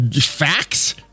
facts